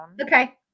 Okay